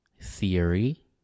theory